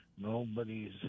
nobody's